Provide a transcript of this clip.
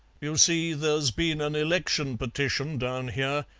you see, there's been an election petition down here,